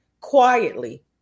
quietly